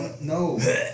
No